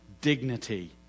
dignity